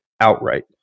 outright